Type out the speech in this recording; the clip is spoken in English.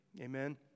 Amen